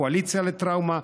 הקואליציה לטראומה,